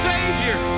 Savior